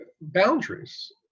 boundaries